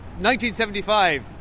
1975